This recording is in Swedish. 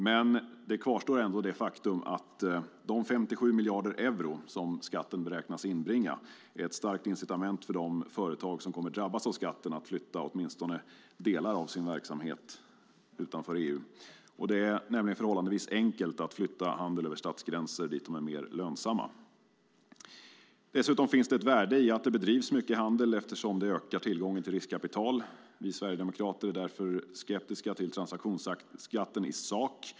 Men det kvarstår ändå det faktum att de 57 miljarder euro som skatten beräknas inbringa är ett starkt incitament för de företag som kommer att drabbas av skatten att flytta åtminstone delar av sin verksamhet utanför EU. Det är förhållandevis enkelt att flytta handel över statsgränser till där den är mer lönsam. Dessutom finns det ett värde i att det bedrivs mycket handel. Det ökar tillgången till riskkapital. Vi sverigedemokrater är därför skeptiska till transaktionsskatten i sak.